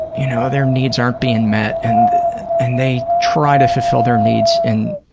you know their needs aren't being met and and they try to fulfill their needs in